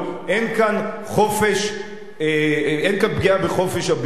אין כאן פגיעה בחופש הביטוי.